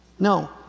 No